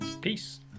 Peace